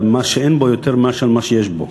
על מה שאין בו יותר מאשר על מה שיש בו,